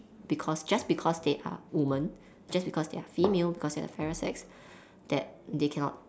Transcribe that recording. because just because they are women just because they are female because they are inferior sex that they cannot